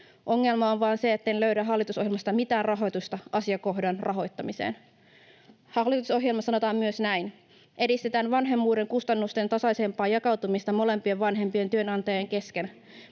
Ongelma on vaan se, etten löydä hallitusohjelmasta mitään rahoitusta asiakohdan rahoittamiseen. Hallitusohjelmassa sanotaan myös näin: ”Edistetään vanhemmuuden kustannusten tasaisempaa jakautumista molempien vanhempien työnantajien kesken.”